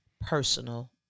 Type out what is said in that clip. personal